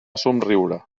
somriure